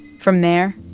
from there,